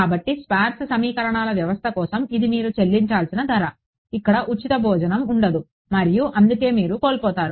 కాబట్టి స్పార్స్ సమీకరణాల వ్యవస్థ కోసం ఇది మీరు చెల్లించాల్సిన ధర ఇక్కడ ఉచిత భోజనం ఉండదు మరియు అందుకే మీరు కోల్పోతారు